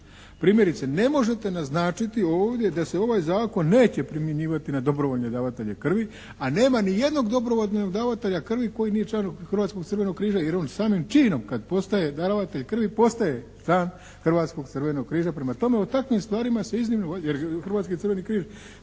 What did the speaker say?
Primjerice, ne možete naznačiti ovdje da se ovaj zakon neće primjenjivati na dobrovoljne davatelje krvi a nema nijednog dobrovoljnog davatelja krvi koji nije član Hrvatskog crvenog križa jer on samim činom kad postaje darovatelj krvi postaje član Hrvatskog crvenog križa. Prema tome, u takvim stvarima se iznimno, jer Hrvatski crveni križ